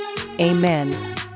Amen